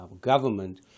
government